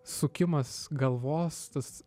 sukimas galvos tas